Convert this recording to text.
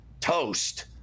toast